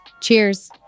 Cheers